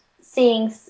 seeing